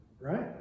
right